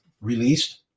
released